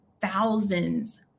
thousands